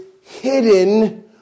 hidden